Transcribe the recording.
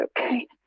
okay